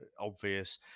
obvious